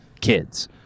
kids